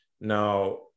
now